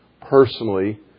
personally